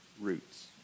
roots